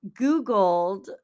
Googled